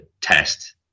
test